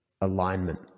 alignment